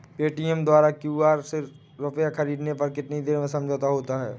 Paytm द्वारा QR से रूपए ख़रीदने पर कितनी देर में समझौता होता है?